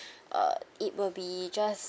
uh it will be just